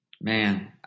Man